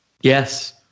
Yes